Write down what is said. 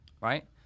right